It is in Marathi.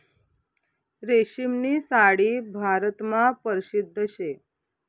रेशीमनी साडी भारतमा परशिद्ध शे